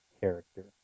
character